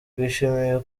twishimiye